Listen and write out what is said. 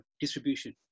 distribution